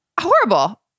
Horrible